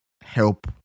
help